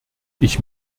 ich